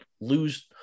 lose –